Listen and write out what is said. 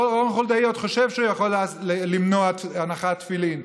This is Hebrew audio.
רון חולדאי עוד חושב שהוא יכול למנוע הנחת תפילין.